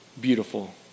beautiful